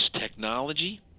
technology